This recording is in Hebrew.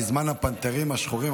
בזמן הפנתרים השחורים,